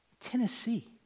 Tennessee